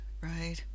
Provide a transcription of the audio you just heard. right